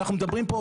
אנחנו מדברים פה,